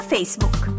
Facebook